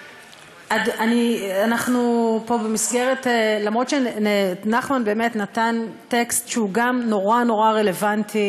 אף-על-פי שנחמן נתן טקסט שהוא נורא נורא רלוונטי,